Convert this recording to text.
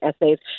essays